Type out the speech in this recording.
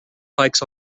hikes